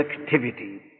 activity